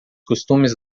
costumes